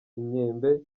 imyembe